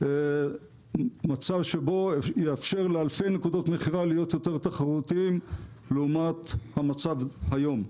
מצב שבו יאפשר לאלפי נקודות מכירה להיות יותר תחרותיים לעומת המצב היום.